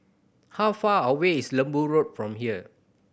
how far away is Lembu Road from here